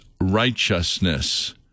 righteousness